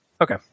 Okay